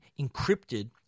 encrypted